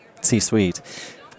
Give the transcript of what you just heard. C-suite